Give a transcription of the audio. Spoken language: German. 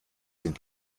sind